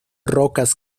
rocas